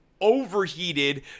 overheated